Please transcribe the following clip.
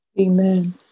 Amen